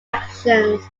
actions